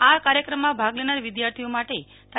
આ કાર્યક્રમમાં ભાગ લેનાર વિદ્યાર્થીઓ માટે તા